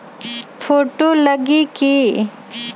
Photo लगी कि?